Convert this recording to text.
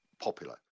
popular